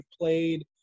played